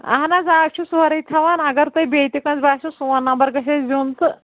اَہن حظ آز چھُ سورُے تھاوان اگر تُہۍ بیٚیہِ تہِ کٲنٛسہِ باسیو سون نمبر گژھٮ۪س دیُن تہٕ